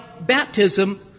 baptism